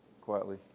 quietly